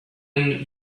been